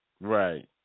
Right